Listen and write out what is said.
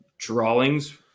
Drawings